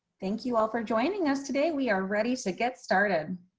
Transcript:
thank you all for joining us today. we are ready to get started.